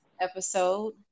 episode